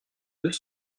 deux